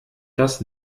das